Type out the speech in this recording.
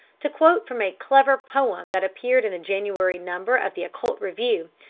to quote from a clever poem that appeared in the january number of the occult review,